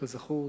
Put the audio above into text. כזכור,